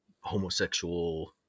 homosexual